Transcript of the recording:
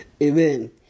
Amen